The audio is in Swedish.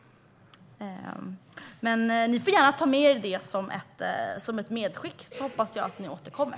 Ni får gärna ta med er detta som ett medskick, och jag hoppas att ni återkommer.